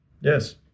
Yes